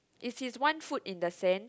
is his one foot in the sand